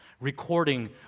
recording